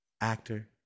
actor